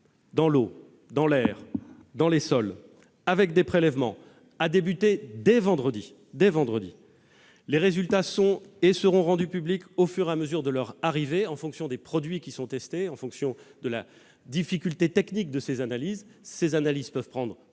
sur l'eau, sur l'air, sur les sols avec des prélèvements a commencé dès vendredi. Les résultats sont et seront rendus publics au fur et à mesure de leur délivrance, en fonction des produits qui sont testés et de la difficulté technique de ces analyses, certaines pouvant prendre